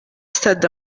stade